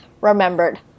remembered